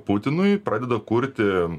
putinui pradeda kurti